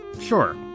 Sure